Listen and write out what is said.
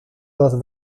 dos